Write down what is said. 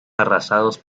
arrasados